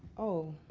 oh,